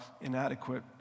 inadequate